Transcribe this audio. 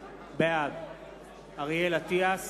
בעד אריאל אטיאס,